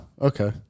okay